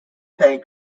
played